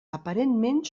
aparentment